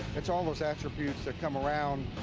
it's all those attributes that come around,